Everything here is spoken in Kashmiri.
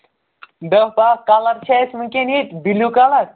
دَہ بَہہ کَلَر چھِ اَسہِ وٕنۍکٮ۪ن ییٚتہِ بِلیوٗ کَلر